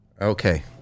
Okay